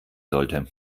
sollte